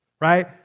right